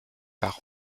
par